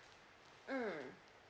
mm